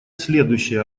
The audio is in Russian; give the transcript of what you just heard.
следующий